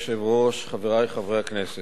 אדוני היושב-ראש, חברי חברי הכנסת,